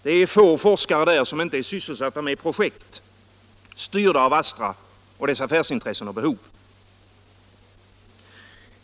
Det är få forskare där som inte är sysselsatta med projekt styrda av Astra och dess affärsintressen och behov.